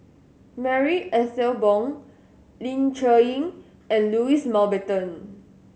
Marie Ethel Bong Ling Cher Eng and Louis Mountbatten